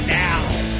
now